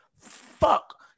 fuck